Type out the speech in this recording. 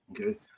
okay